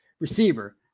receiver